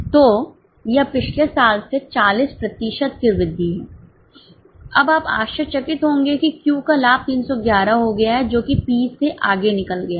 तो यह पिछले साल से 40 प्रतिशत की वृद्धि है अब आप आश्चर्यचकित होंगे कि Q का लाभ 311 हो गया है जो कि P से आगे निकल गया है